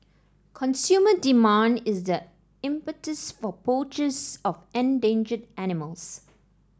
consumer demand is the impetus for poachers of endangered animals